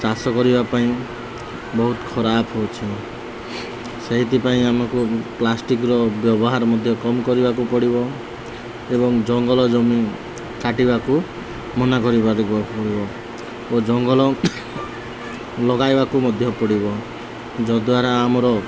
ଚାଷ କରିବା ପାଇଁ ବହୁତ ଖରାପ ହେଉଛି ସେଇଥିପାଇଁ ଆମକୁ ପ୍ଲାଷ୍ଟିକର ବ୍ୟବହାର ମଧ୍ୟ କମ କରିବାକୁ ପଡ଼ିବ ଏବଂ ଜଙ୍ଗଲ ଜମି କାଟିବାକୁ ମନା କର ପଡ଼ିବ ଓ ଜଙ୍ଗଲ ଲଗାଇବାକୁ ମଧ୍ୟ ପଡ଼ିବ ଯଦ୍ୱାରା ଆମର